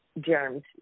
germs